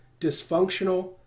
dysfunctional